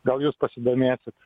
gal jūs pasidomėsit